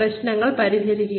പ്രശ്നങ്ങൾ പരിഹരിക്കുക